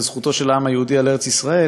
לזכותו של העם היהודי על ארץ-ישראל,